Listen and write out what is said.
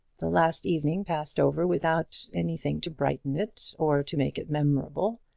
the last evening passed over without anything to brighten it or to make it memorable.